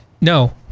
no